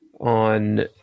on